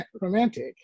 romantic